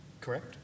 Correct